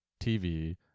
TV